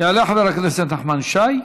יעלה חבר הכנסת נחמן שי.